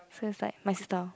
feel like my style